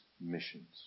missions